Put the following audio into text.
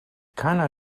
keiner